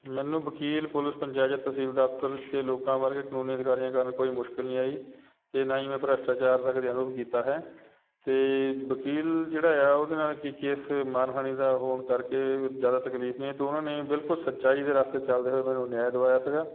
ਮੈਨੂੰ ਵਕੀਲ ਪੁਲਿਸ ਪੰਚਾਇਤ ਜਾਂ ਤਹਿਸੀਲ ਦਫਤਰ ਦੇ ਲੋਕਾਂ ਵਰਗੇ ਕਾਨੂੰਨੀ ਅਧਿਕਾਰੀਆਂ ਕਾਰਨ ਕੋਈ ਮੁਸ਼ਕਿਲ ਨਹੀਂ ਆਈ ਅਤੇ ਨਾ ਹੀ ਮੈਂ ਭ੍ਰਿਸ਼ਟਾਚਾਰ ਦਾ ਕਦੇ ਅਨੁਰੋਧ ਕੀਤਾ ਹੈ ਅਤੇ ਵਕੀਲ ਜਿਹੜਾ ਆ ਉਹਦੇ ਨਾਲ ਕੀ ਕੇਸ ਮਾਣਹਾਨੀ ਦਾ ਹੋਣ ਕਰਕੇ ਜ਼ਿਆਦਾ ਤਕਲੀਫ ਨਹੀਂ ਅਤੇ ਉਹਨਾਂ ਨੇ ਬਿਲਕੁਲ ਸੱਚਾਈ ਦੇ ਰਸਤੇ ਚੱਲਦੇ ਹੋਏ ਮੈਨੂੰ ਨਿਆਂਏ ਦਵਾਇਆ ਸੀਗਾ